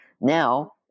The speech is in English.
Now